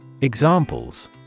Examples